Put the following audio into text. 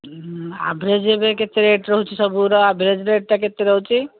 average ଏବେ କେତେ ରହୁଛି ସବୁର ଆଭରେଜ୍ ରେଟ୍ଟା କେତେ ରହୁଛି